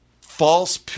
false